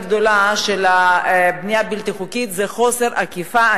גדולה של הבנייה הבלתי-חוקית זה חוסר אכיפה,